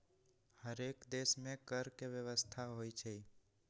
हरेक देश में कर के व्यवस्था होइ छइ